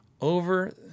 over